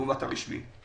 לעומת הרשמי.